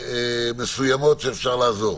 מסוימות שיכולות לעזור.